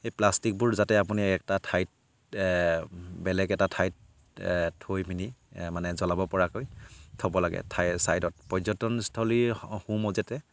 এই প্লাষ্টিকবোৰ যাতে আপুনি এটা ঠাইত বেলেগ এটা ঠাইত থৈ পিনি মানে জ্বলাব পৰাকৈ থ'ব লাগে ঠাই ছাইডত পৰ্যটনস্থলীৰ সোঁমাজতে